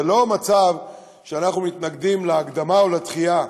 זה לא מצב שאנחנו מתנגדים להקדמה או לדחייה,